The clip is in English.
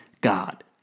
God